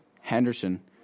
Henderson